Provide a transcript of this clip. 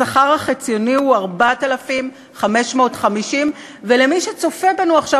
השכר החציוני הוא 4,550. ולמי שצופה בנו עכשיו,